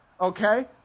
Okay